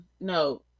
no